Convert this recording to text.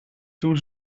toen